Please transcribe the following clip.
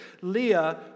Leah